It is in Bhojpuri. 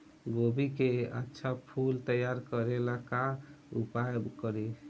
गोभी के अच्छा फूल तैयार करे ला का उपाय करी?